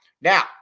Now